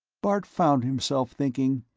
bart found himself thinking,